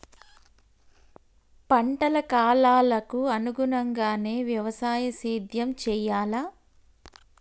పంటల కాలాలకు అనుగుణంగానే వ్యవసాయ సేద్యం చెయ్యాలా?